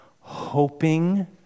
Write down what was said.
hoping